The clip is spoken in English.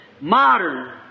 Modern